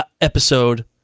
episode